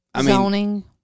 zoning